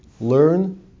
learn